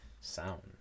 sound